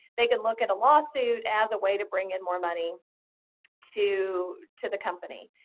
they can look at a lawsuit as a way to bring in more money to to the company.